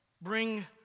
Bring